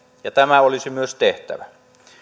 ja tämä olisi myös tehtävä